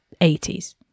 80s